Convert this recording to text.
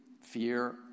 fear